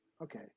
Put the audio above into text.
Okay